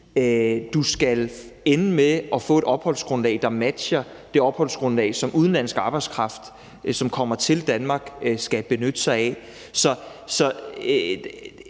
du skal ende med at få et opholdsgrundlag, der matcher det opholdsgrundlag, som udenlandsk arbejdskraft, der kommer til Danmark, skal benytte sig af.